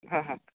हा हा